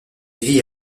vit